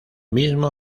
mismo